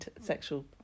sexual